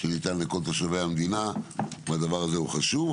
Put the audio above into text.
שניתן לכל תושבי המדינה והוא דבר חשוב.